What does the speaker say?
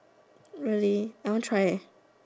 really I want try eh